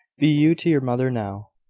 be you to your mother now.